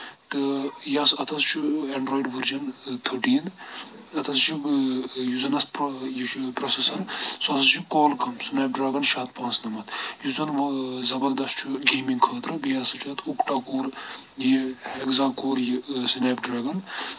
تہٕ یہِ اَتھ ہسا چھُ اینٛڈرایڈ ؤرجَن تھٔٹیٖن اَتھ ہسا چھُ یُس زَن اَتھ یہِ چھُ پروسیسَر سُہ ہسا چھُ کور کَم سنیپ ڈرٛاگَن شےٚ ہتھ پانٛژھ نَمَتھ یُس زَن زَبردست چھُ گیمِنٛگ خٲطرٕ بیٚیہِ ہسا چھُ اَتھ اُکٹا کور یہِ ہیگزا کور یہِ سنیپ ڈراگَن